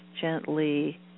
gently